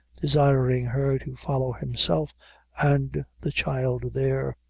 desiring her to follow himself and the child there.